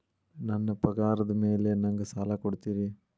ನನ್ನ ಪಗಾರದ್ ಮೇಲೆ ನಂಗ ಸಾಲ ಕೊಡ್ತೇರಿ?